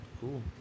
cool